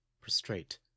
prostrate